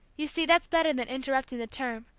you see, that's better than interrupting the term,